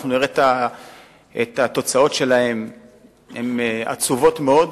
אנחנו נראה את התוצאות, הן עצובות מאוד.